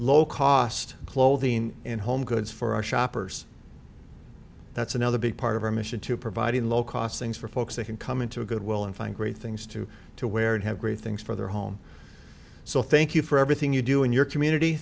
low cost clothing and home goods for our shoppers that's another big part of our mission to provide low cost things for folks that can come in to goodwill and find great things to to wear and have great things for their home so thank you for everything you do in your community